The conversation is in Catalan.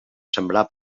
sembrar